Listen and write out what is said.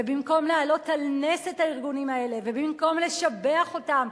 ובמקום להעלות על נס את הארגונים האלה ובמקום לשבח אותם,